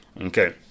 Okay